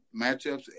matchups